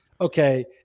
okay